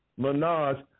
Minaj